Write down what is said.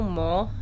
more